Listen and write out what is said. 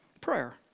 Prayer